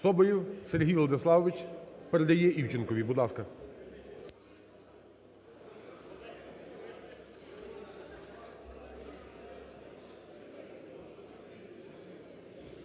Соболєв Сергій Владиславович передає Івченкові. Будь ласка.